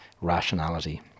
rationality